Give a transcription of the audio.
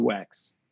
UX